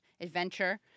adventure